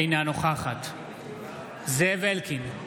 אינה נוכחת זאב אלקין,